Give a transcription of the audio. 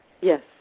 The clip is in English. Yes